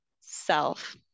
self